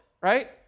right